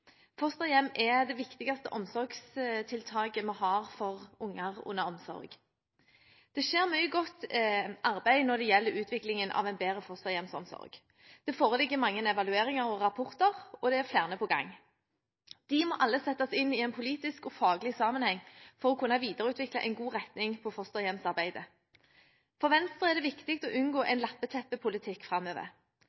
Fosterhjem er det viktigste omsorgstiltaket vi har for unger under omsorg. Det skjer mye godt arbeid når det gjelder utviklingen av en bedre fosterhjemsomsorg. Det foreligger mange evalueringer og rapporter, og det er flere på gang. De må alle settes inn i en politisk og faglig sammenheng for å kunne videreutvikle en god retning på fosterhjemsarbeidet. For Venstre er det viktig å unngå